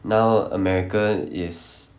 now america is